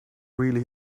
really